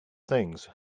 things